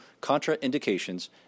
contraindications